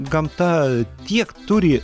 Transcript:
gamta tiek turi